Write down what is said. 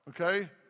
okay